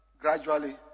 gradually